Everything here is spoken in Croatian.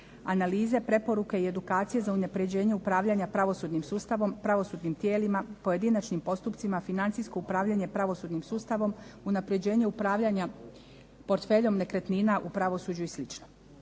analize, preporuke i edukacije za unapređenje upravljanja pravosudnim sustavom, pravosudnim tijelima, pojedinačnim postupcima, financijsko upravljanje pravosudnim sustavom, unapređenje upravljanja portfeljom nekretnina u pravosuđu i